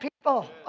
people